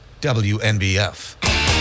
WNBF